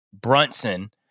Brunson